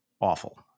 awful